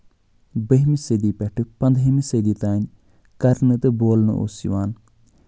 بٔہمہِ صٔدی پٮ۪ٹھٕ پَندٔہمہِ صٔدی تانۍ کرنہٕ تہٕ بولنہٕ اوس یِوان